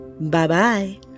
Bye-bye